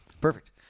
perfect